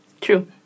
True